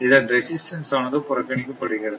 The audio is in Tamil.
இதன் ரெசிஸ்டன்ஸ் ஆனது புறக்கணிக்கப்படுகிறது